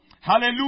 Hallelujah